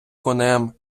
конем